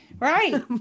Right